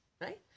right